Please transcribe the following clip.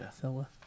fella